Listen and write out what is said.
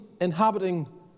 inhabiting